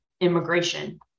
Immigration